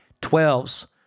Twelves